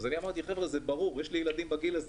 זה הנושא.